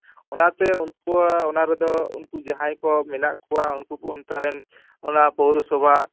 ᱚᱱᱟᱛᱮ ᱩᱱᱠᱩᱣᱟᱜ ᱚᱱᱟ ᱨᱮᱫᱚ ᱩᱱᱠᱩ ᱡᱟᱦᱟᱸᱭ ᱠᱚ ᱢᱮᱱᱟᱜ ᱠᱚᱣᱟ ᱩᱱᱠᱩ ᱠᱚ ᱚᱱᱛᱮ ᱨᱮᱱ ᱚᱱᱟ ᱯᱳᱣᱨᱳᱥᱚᱵᱷᱟ